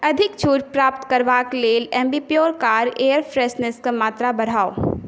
अधिक छूट प्राप्त करबाक लेल अम्बिप्योर कार एयर फ्रेशनरके मात्रा बढ़ाउ